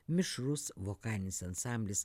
mišrus vokalinis ansamblis